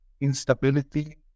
instability